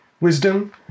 wisdom